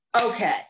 okay